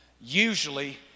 Usually